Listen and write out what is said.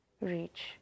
reach